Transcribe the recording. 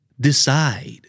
Decide